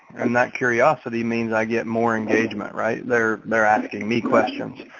and that curiosity means i get more engagement right there. they're asking me questions.